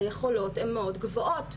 היכולות הם מאוד גבוהות.